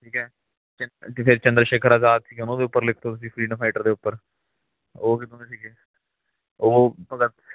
ਠੀਕ ਹੈ ਅਤੇ ਅਤੇ ਫਿਰ ਚੰਦਰਸ਼ੇਖਰ ਆਜ਼ਾਦ ਸੀਗੇ ਉਹਨਾਂ ਦੇ ਉੱਪਰ ਲਿਖ ਦੋ ਤੁਸੀਂ ਫਰੀਡਮ ਫਾਈਟਰ ਦੇ ਉੱਪਰ ਉਹ ਕਿੱਦਾਂ ਦੇ ਸੀਗੇ ਉਹ ਭਗਤ